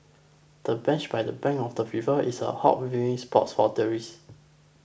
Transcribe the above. the bench by the bank of the river is a hot viewing spot for tourists